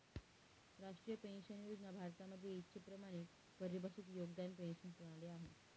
राष्ट्रीय पेन्शन योजना भारतामध्ये इच्छेप्रमाणे परिभाषित योगदान पेंशन प्रणाली आहे